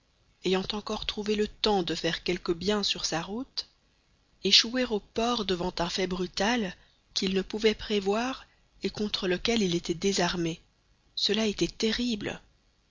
ayant encore trouvé le temps de faire quelque bien sur sa route échouer au port devant un fait brutal qu'il ne pouvait prévoir et contre lequel il était désarmé cela était terrible